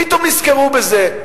פתאום נזכרו בזה.